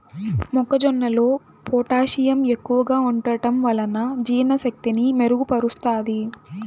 మొక్క జొన్నలో పొటాషియం ఎక్కువగా ఉంటడం వలన జీర్ణ శక్తిని మెరుగు పరుస్తాది